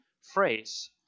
phrase